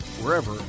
wherever